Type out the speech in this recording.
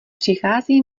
přichází